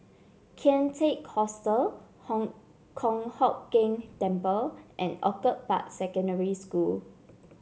Kian Teck Hostel Hong Kong Hock Keng Temple and Orchid Park Secondary School